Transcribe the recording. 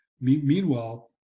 Meanwhile